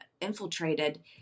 infiltrated